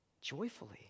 joyfully